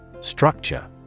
Structure